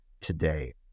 today